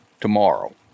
tomorrow